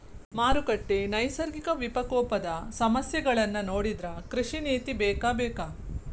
ಮಾರುಕಟ್ಟೆ, ನೈಸರ್ಗಿಕ ವಿಪಕೋಪದ ಸಮಸ್ಯೆಗಳನ್ನಾ ನೊಡಿದ್ರ ಕೃಷಿ ನೇತಿ ಬೇಕಬೇಕ